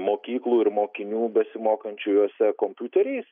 mokyklų ir mokinių besimokančių juose kompiuteriais